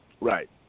Right